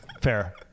Fair